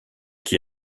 qui